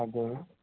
हजुर